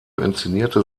inszenierte